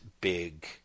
big